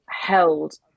held